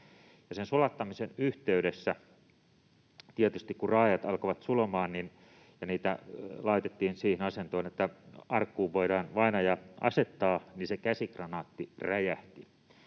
Sen sulattamisen yhteydessä — tietysti kun raajat alkoivat sulamaan ja niitä laitettiin siihen asentoon, että arkkuun voidaan vainaja asettaa — se käsikranaatti räjähti,